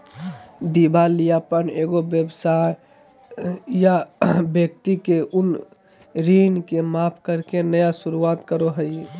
दिवालियापन एगो व्यवसाय या व्यक्ति के उन ऋण के माफ करके नया शुरुआत करो हइ